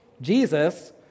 Jesus